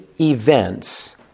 events